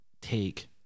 take